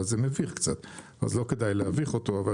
אבל זה מביך קצת אז לא כדאי להביך אותו.